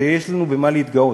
ויש לנו במה להתגאות.